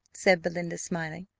said belinda, smiling.